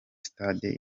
stade